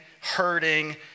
hurting